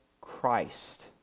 Christ